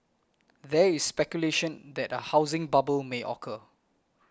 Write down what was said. there is speculation that a housing bubble may occur